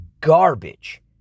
garbage